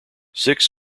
six